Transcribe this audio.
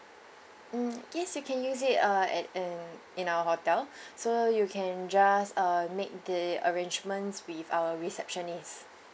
mm yes you can use it uh at in in our hotel so you can just uh make the arrangements with our receptionist